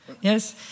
Yes